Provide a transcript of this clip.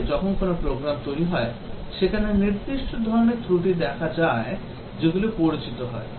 আসলে যখন কোনও প্রোগ্রাম তৈরি হয় সেখানে নির্দিষ্ট ধরণের ত্রুটি দেখা দেয় যেগুলি পরিচিত হয়